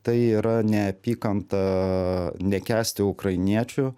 tai yra neapykanta nekęsti ukrainiečių